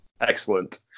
Excellent